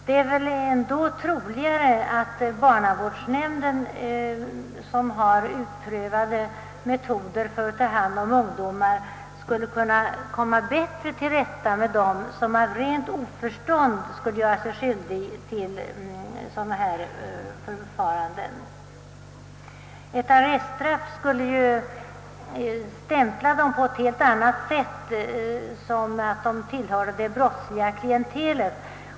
Det är väl ändå troligt att barnavårdsnämnden, som har utprövade metoder för att ta hand om ungdomar, bättre skulle kunna komma till rätta med dem som av rent oförstånd gör sig skyldiga till dylika förfaranden. Ett arreststraff skulle ju stämpla dem på ett helt annat sätt såsom hörande till det brottsliga klientelet.